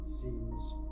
seems